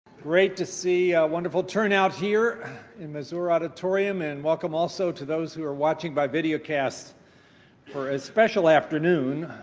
great to see a wonderful turnout here in masur auditorium, and welcome also to those who are watching by videocast for a special afternoon,